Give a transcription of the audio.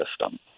system